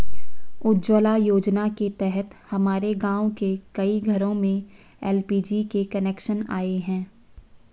उज्ज्वला योजना के तहत हमारे गाँव के कई घरों में एल.पी.जी के कनेक्शन आए हैं